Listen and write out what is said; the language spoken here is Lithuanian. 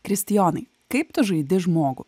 kristijonai kaip tu žaidi žmogų